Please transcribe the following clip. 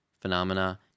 Phenomena